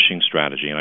strategy